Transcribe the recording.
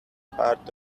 part